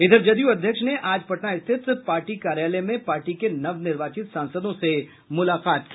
इधर जदयू अध्यक्ष ने आज पटना स्थित पार्टी कार्यालय में पार्टी के नवनिर्वाचित सांसदों से मुलाकात की